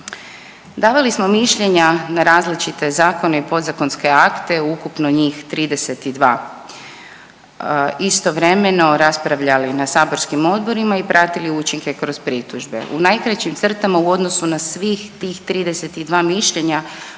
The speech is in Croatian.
Davali smo mišljenja na različite zakone i podzakonske akte, ukupno njih 32. Istovremeno raspravljali na saborskim odborima i pratili učinke kroz pritužbe. U najkraćim crtama u odnosu na svih tih 32 mišljenja